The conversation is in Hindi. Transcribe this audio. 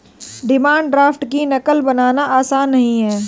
डिमांड ड्राफ्ट की नक़ल बनाना आसान नहीं है